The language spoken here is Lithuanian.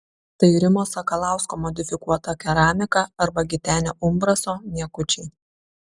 tai rimo sakalausko modifikuota keramika arba gitenio umbraso niekučiai